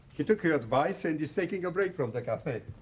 he took your advice and he's taking a break from the cafe.